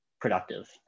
productive